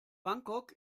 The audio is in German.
bangkok